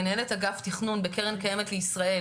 מנהלת אגף תכנון בקרן קיימת לישראל